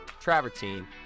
travertine